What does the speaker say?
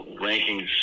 Rankings